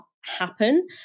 happen